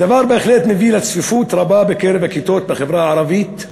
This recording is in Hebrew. הדבר בהחלט מביא לצפיפות רבה בכיתות בחברה הערבית,